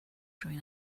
join